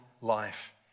life